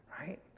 right